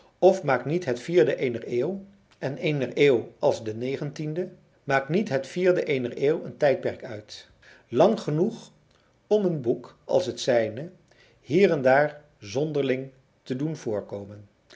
of maakt niet het vierde eener eeuw en eener eeuw als de negentiende maakt niet het vierde eener eeuw een tijdperk uit lang genoeg om een boek als het zijne hier en daar zonderling te doen voorkomen